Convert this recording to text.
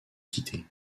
quitter